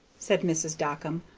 said mrs. dockum,